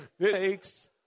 takes